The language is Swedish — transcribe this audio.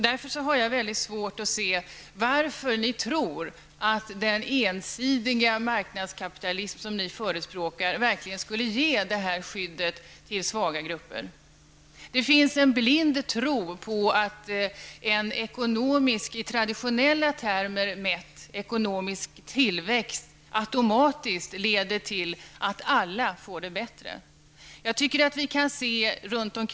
Jag har därför svårt att förstå varför ni tror att den ensidiga marknadskapitalism som ni förespråkar verkligen skulle ge det skyddet till svaga grupper. Det finns en blind tro på att en i traditionella termer mätt ekonomisk tillväxt automatiskt leder till att alla får det bättre.